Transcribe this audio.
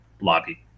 lobby